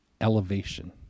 elevation